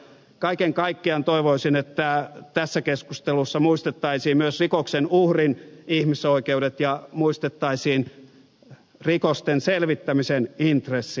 kaiken kaikkiaan toivoisin että tässä keskustelussa muistettaisiin myös rikoksen uhrin ihmisoikeudet ja muistettaisiin rikosten selvittämisen intressi